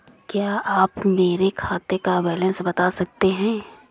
क्या आप मेरे खाते का बैलेंस बता सकते हैं?